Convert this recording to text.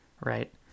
right